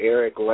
Eric